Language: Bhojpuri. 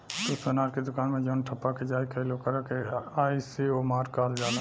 तू सोनार के दुकान मे जवन ठप्पा के जाँच कईल ओकर के आई.एस.ओ मार्क कहल जाला